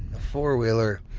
four-wheeler.